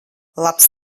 labs